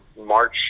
March